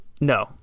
no